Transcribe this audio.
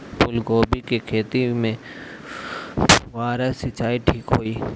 फूल गोभी के खेती में फुहारा सिंचाई ठीक होई?